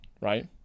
Right